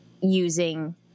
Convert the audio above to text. using